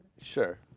Sure